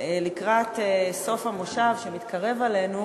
לקראת סוף המושב שמתקרב אלינו,